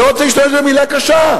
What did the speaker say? אני לא רוצה להשתמש במלה קשה.